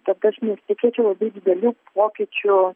tad aš nesitikėčiau labai didelių pokyčių